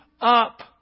up